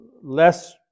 less